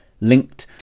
linked